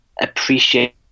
appreciate